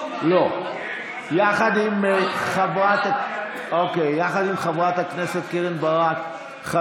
חבר הכנסת בן ברק,